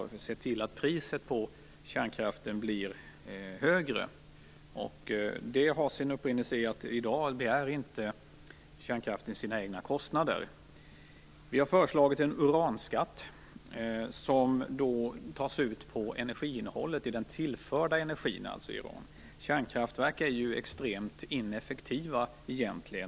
Man har sett till att priset på kärnkraften blir högre. Det har sin upprinnelse i att kärnkraften i dag inte bär sina egna kostnader. Vi har föreslagit en uranskatt, som tas ut på energiinnehållet i den tillförda energin, alltså uran. Kärnkraftverk är ju egentligen extremt ineffektiva.